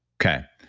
okay.